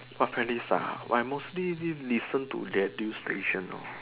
what play list ah I mostly listen to radio station lor